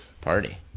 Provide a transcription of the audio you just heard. Party